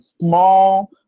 small